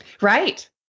Right